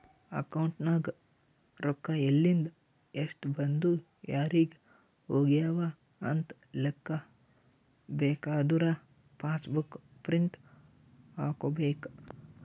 account ನಾಗ್ ರೊಕ್ಕಾ ಎಲಿಂದ್, ಎಸ್ಟ್ ಬಂದು ಯಾರಿಗ್ ಹೋಗ್ಯವ ಅಂತ್ ಲೆಕ್ಕಾ ಬೇಕಾದುರ ಪಾಸ್ ಬುಕ್ ಪ್ರಿಂಟ್ ಹಾಕೋಬೇಕ್